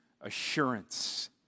assurance